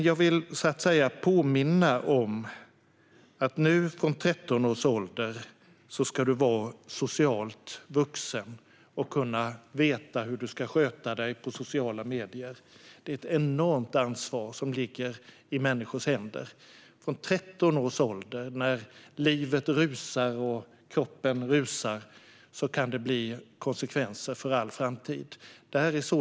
Jag vill påminna om att man nu, från 13 års ålder, ska vara socialt vuxen och veta hur man sköter sociala medier. Det är ett enormt ansvar som ligger i människors händer. Från 13 års ålder, när livet och kroppen rusar, kan det bli konsekvenser för all framtid.